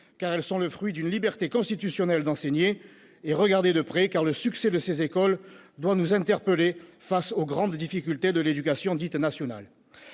car elles sont le fruit d'une liberté constitutionnelle d'enseigner ; regardées de près, car le succès de ces écoles doit nous interpeller face aux grandes difficultés de l'éducation dite « nationale